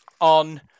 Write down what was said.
on